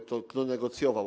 Kto negocjował?